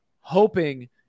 hoping